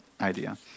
idea